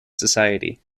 society